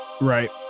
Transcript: Right